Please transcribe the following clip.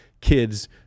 kids